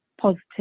positive